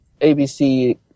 ABC